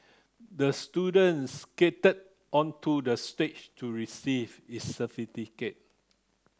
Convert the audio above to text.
the student skated onto the stage to receive its certificate